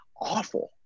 awful